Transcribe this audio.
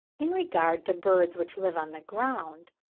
in regard to birds which live on the ground,